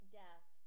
death